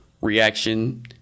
reaction